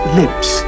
lips